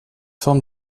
formes